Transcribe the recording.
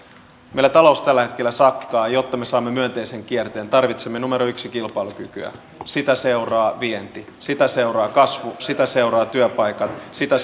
meillä talous tällä hetkellä sakkaa ja jotta me saamme myönteisen kierteen tarvitsemme kilpailukykyä sitä seuraa vienti sitä seuraa kasvu sitä seuraavat työpaikat sitä